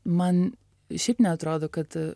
man šiaip neatrodo kad